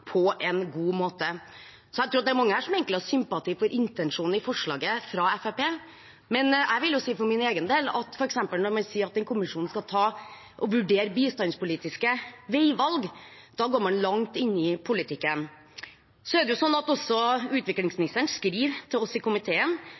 på en god måte. Så jeg tror det er mange her som egentlig har sympati for intensjonen i forslaget fra Fremskrittspartiet. Men for min egen del vil jeg si at f.eks. når man sier at den kommisjonen skal vurdere «bistandspolitiske veivalg», går man langt inn i politikken. Det er også slik at utviklingsministeren skriver til oss i komiteen at det er «nødvendig å sikre at